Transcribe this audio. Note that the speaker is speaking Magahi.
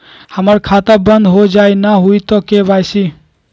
हमर खाता बंद होजाई न हुई त के.वाई.सी?